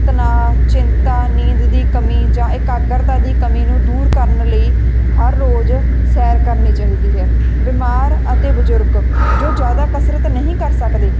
ਤਨਾਅ ਚਿੰਤਾ ਨੀਂਦ ਦੀ ਕਮੀ ਜਾਂ ਇਕਾਗਰਤਾ ਦੀ ਕਮੀ ਨੂੰ ਦੂਰ ਕਰਨ ਲਈ ਹਰ ਰੋਜ਼ ਸੈਰ ਕਰਨੀ ਚਾਹੀਦੀ ਹੈ ਬਿਮਾਰ ਅਤੇ ਬਜ਼ੁਰਗ ਜੋ ਜ਼ਿਆਦਾ ਕਸਰਤ ਨਹੀਂ ਕਰ ਸਕਦੇ